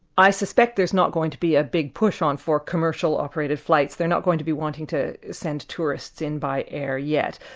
i suspect there's not going to be a big push on for commercially-operated flights. they're not going to be wanting to send tourists in by air yet.